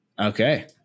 Okay